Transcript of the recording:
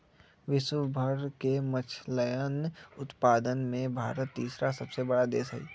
विश्व भर के मछलयन उत्पादन में भारत तीसरा सबसे बड़ा देश हई